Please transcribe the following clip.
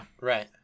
Right